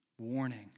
warning